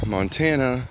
Montana